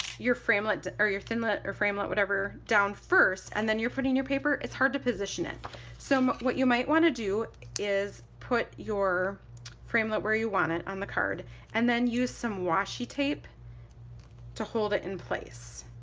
your framelit or your thinlet or framelit whatever down first and then you're putting your paper it's hard to position it so what you might want to do is put your framelit where you want it on the card and then use some washi tape to hold it in place